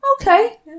Okay